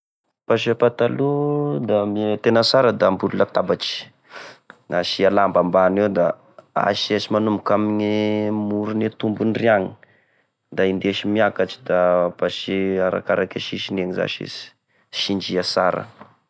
E fipasia patolo: de e tena sara da ambony latabatry asia lamba ambany eo da, asesy manomboka amigne morone tombony ry agny, da indesy miakatry da pasia arakaraka e sisiny egny zasy izy sindria sara.